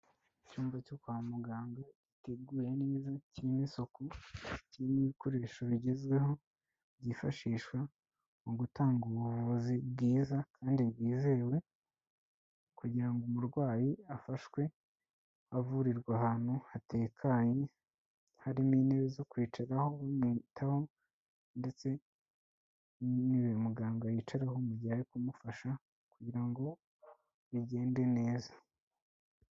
Icyumba cyo kwa muganga giteguye neza, kirimo isuku, kirimo ibikoresho bigezweho byifashishwa mu gutanga ubuvuzi bwiza kandi bwizewe kugira ngo umurwayi afashwe avurirwa ahantu hatekanye, harimo intebe zo kwicaraho bamwitaho ndetse n'intebe muganga yicaraho mu gihe ari kumufasha kugira ngo bigende neza.